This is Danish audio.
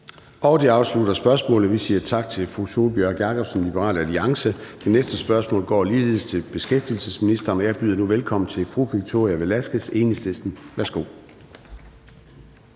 Det afslutter spørgsmålet. Vi siger tak til fru Sólbjørg Jakobsen, Liberal Alliance. Det næste spørgsmål går ligeledes til beskæftigelsesministeren, og jeg byder nu velkommen til fru Victoria Velasquez, Enhedslisten. Kl.